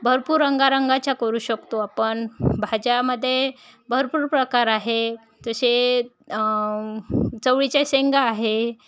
भरपूर रंगारंगाच्या करू शकतो आपण भाज्यामध्ये भरपूर प्रकार आहे जसे चवळीच्या शेंगा आहे